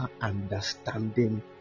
understanding